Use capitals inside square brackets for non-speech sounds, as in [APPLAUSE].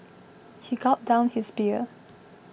he gulped down his beer [NOISE]